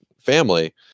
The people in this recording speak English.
family